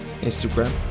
Instagram